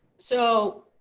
so